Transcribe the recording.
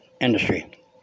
industry